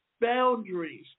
boundaries